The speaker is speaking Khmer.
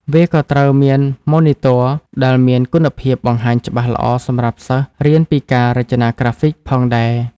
វាក៏ត្រូវមានម៉ូនីទ័រដែលមានគុណភាពបង្ហាញច្បាស់ល្អសម្រាប់សិស្សរៀនពីការរចនាក្រាហ្វិកផងដែរ។